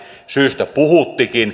syystä puhuttikin